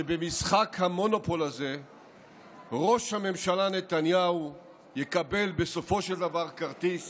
שבמשחק המונופול הזה ראש הממשלה נתניהו יקבל בסופו של דבר כרטיס